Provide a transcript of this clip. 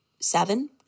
seven